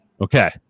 Okay